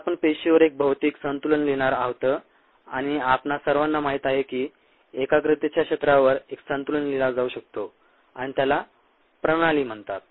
तर आपण पेशींवर एक भौतिक संतुलन लिहिणार आहोत आणि आपणा सर्वांना माहित आहे की एकाग्रतेच्या क्षेत्रावर एक संतुलन लिहिला जाऊ शकतो आणि त्याला प्रणाली म्हणतात